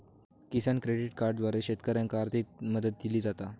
किसान credit कार्डद्वारा शेतकऱ्यांनाका आर्थिक मदत दिली जाता